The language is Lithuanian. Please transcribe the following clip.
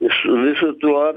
iš visu tou